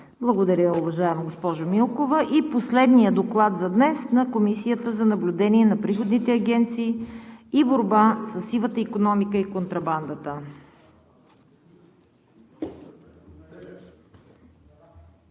Благодаря, уважаема госпожо Милкова. Последният Доклад за днес е на Комисията за наблюдение на приходните агенции и борба със сивата икономика и контрабандата.